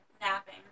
napping